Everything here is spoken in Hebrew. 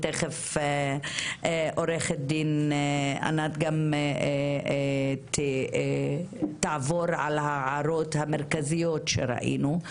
תכף עורכת הדין ענת מימון גם תעבור על ההערות המרכזיות שראינו.